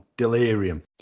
Delirium